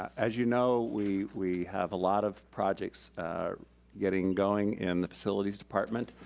as you know, we we have a lot of projects getting going in the facilities department.